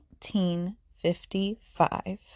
1955